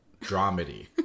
dramedy